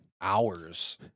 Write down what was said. hours